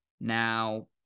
Now